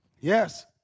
Yes